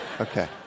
Okay